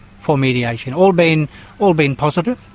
four mediation. all being all being positive,